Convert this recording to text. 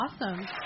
awesome